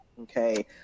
okay